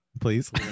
Please